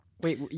Wait